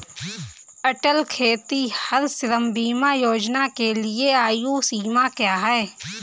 अटल खेतिहर श्रम बीमा योजना के लिए आयु सीमा क्या है?